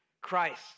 Christ